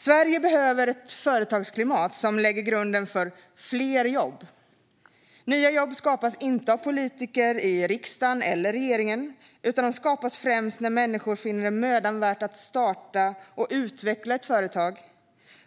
Sverige behöver ett företagsklimat som lägger grunden för fler jobb. Nya jobb skapas inte av politiker i riksdagen eller av regeringen, utan de skapas främst när människor finner det mödan värt att starta och utveckla ett företag,